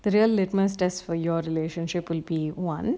the real litmus test for your relationship will be one